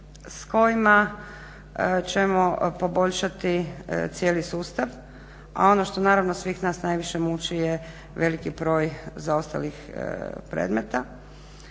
s kojima ćemo poboljšati cijeli sustav, a ono što naravno svih nas najviše muči je veliki broj zaostalih predmeta